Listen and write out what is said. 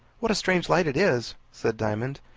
what a strange light it is! said diamond.